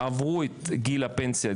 עברו את גיל הפנסיה,